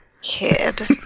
kid